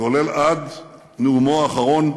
כולל עד נאומו האחרון,